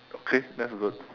okay that's good